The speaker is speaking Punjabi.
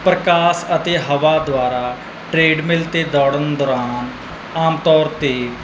ਪ੍ਰਕਾਸ਼ ਅਤੇ ਹਵਾ ਦੁਆਰਾ ਟਰੇਡ ਮਿਲ 'ਤੇ ਦੌੜਨ ਦੌਰਾਨ ਆਮ ਤੌਰ 'ਤੇ